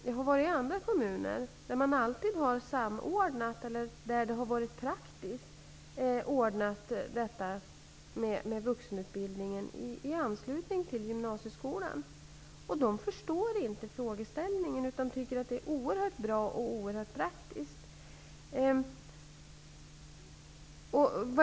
Jag har varit i andra kommuner, där man sedan länge praktiskt har ordnat med vuxenutbildningen i anslutning till gymnasieskolan, och där förstår man inte frågeställningen utan tycker att detta är oerhört bra och lämpligt.